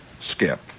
Skip